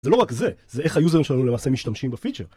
זה לא רק זה, זה איך היוזרים שלנו למעשה משתמשים בפיצ'ר